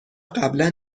قبلا